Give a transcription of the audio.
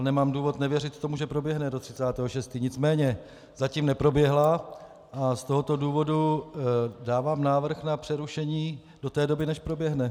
Nemám důvod nevěřit tomu, že proběhne do 30. 6., nicméně zatím neproběhla, a z tohoto důvodu dávám návrh na přerušení do té doby, než proběhne.